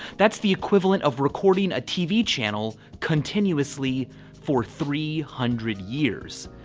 that's the equivalent of recording a tv channel continuously for three hundred years.